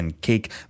Cake